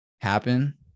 happen